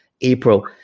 April